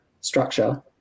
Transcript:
structure